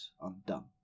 undone